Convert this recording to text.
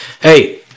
hey